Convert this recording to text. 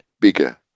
bigger